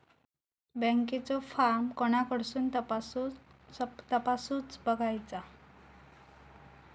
बँकेचो फार्म कोणाकडसून तपासूच बगायचा?